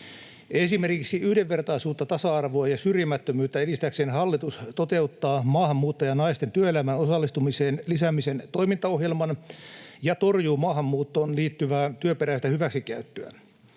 Esimerkiksi yhdenvertaisuutta, tasa-arvoa ja syrjimättömyyttä edistääkseen hallitus toteuttaa maahanmuuttajanaisten työelämään osallistumisen lisäämisen toimintaohjelman ja torjuu maahanmuuttoon liittyvää työperäistä hyväksikäyttöä.